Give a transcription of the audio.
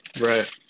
Right